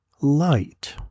light